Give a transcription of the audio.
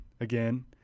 again